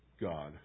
God